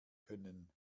können